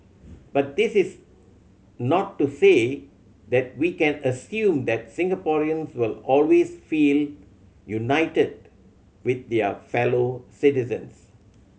but this is not to say that we can assume that Singaporeans will always feel united with their fellow citizens